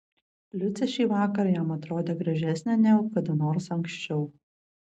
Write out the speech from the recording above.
liucė šį vakarą jam atrodė gražesnė negu kada nors anksčiau